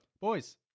Boys